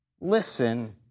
listen